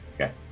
Okay